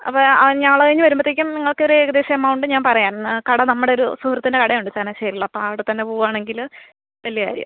അപ്പോൾ ആ നാളെ കഴിഞ്ഞ് വരുമ്പോഴത്തേക്കും നിങ്ങൾക്ക് ഒരു ഏകദേശം എമൗണ്ട് ഞാൻ പറയാം എന്ന് കട നമ്മുടെ ഒരു സുഹൃത്തിൻ്റെ കടയുണ്ട് ചങ്ങനാശ്ശേരിയിൽ അപ്പോൾ അവിടെത്തന്നെ പോവുകയാണെങ്കിൽ വലിയ കാര്യം